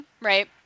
right